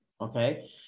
okay